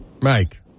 Mike